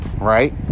right